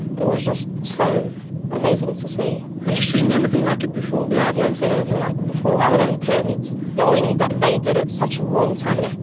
it was just so amazing to see. had and you seen anything like it before? no, i've never seen anything like it before, other than the pyramids. knowing that they did it such a long time ago,